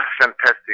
fantastic